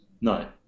no